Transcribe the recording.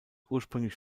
ursprünglich